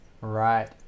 Right